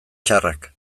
txarrak